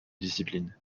disciplines